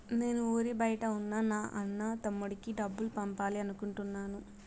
నేను ఊరి బయట ఉన్న నా అన్న, తమ్ముడికి డబ్బులు పంపాలి అనుకుంటున్నాను